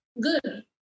good